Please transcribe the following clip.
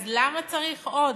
אז למה צריך עוד?